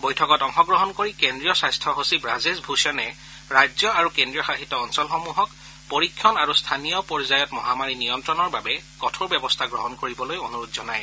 বৈঠকত অংশগ্ৰহণ কৰি কেন্দ্ৰীয় স্বাস্থ্য সচিব ৰাজেশ ভূষণে ৰাজ্য আৰু কেন্দ্ৰীয় শাসিত অঞ্চলসমূহক পৰীক্ষণ আৰু স্থানীয় পৰ্যায়ত মহামাৰী নিয়ন্ত্ৰণৰ বাবে কঠোৰ ব্যৱস্থা গ্ৰহণ কৰিবলৈ অনুৰোধ জনায়